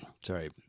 Sorry